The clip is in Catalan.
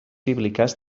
bíbliques